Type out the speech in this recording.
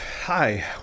hi